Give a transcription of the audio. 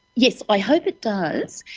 yes, i hope it does,